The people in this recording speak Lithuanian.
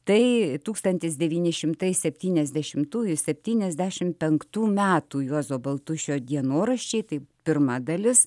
tai tūkstantis devyni šimtai septyniasdešimtųjų septyniasdešim penktų metų juozo baltušio dienoraščiai tai pirma dalis